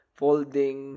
folding